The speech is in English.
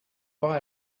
buy